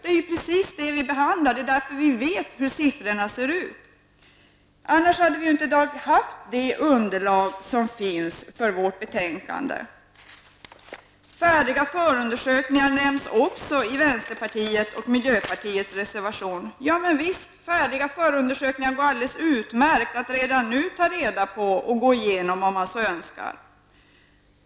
Det är precis en sådan redovisning som vi nu behandlar, och det är därför vi vet vilka siffrorna är. Om så inte hade varit fallet, skulle vi inte ha haft det underlag som nu finns för vårt betänkande. Frågan om färdiga förundersökningar nämns också i vänsterpartiets och miljöpartiets reservation. Men färdiga förundersökningar går det redan nu alldeles utmärkt att få reda på och gå igenom, om man så önskar.